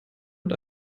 und